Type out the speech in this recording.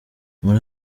muri